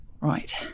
right